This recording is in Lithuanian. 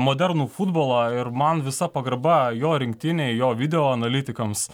modernų futbolą ir man visa pagarba jo rinktinei jo video analitikams